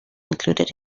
included